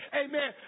amen